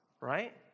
right